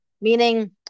Meaning